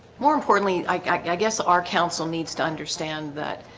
more importantly, i guess our council needs to understand that